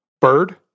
bird